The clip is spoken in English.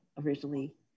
originally